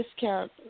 discount